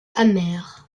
hammer